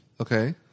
Okay